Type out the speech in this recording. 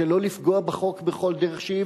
שלא לפגוע בחוק בכל דרך שהיא,